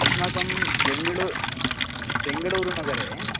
अस्माकं बेङ्ग्ळूरुः बेङ्ग्ळूरुनगरे